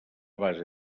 base